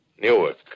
Newark